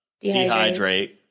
dehydrate